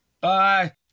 Bye